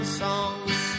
songs